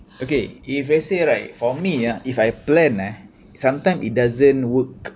okay if let's say right for me ah if I plan eh sometimes it doesn't work